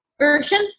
version